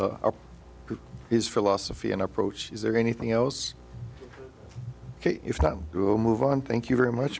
and approach is there anything else if not move on thank you very much